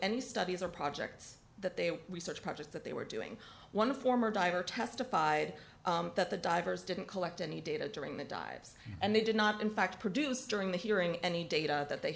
any studies or projects that they were research projects that they were doing one form or diver testified that the divers didn't collect any data during the dives and they did not in fact produce during the hearing any data that they